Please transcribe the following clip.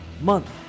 month